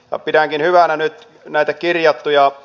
pidänkin hyvänä nyt näitä kirjauksia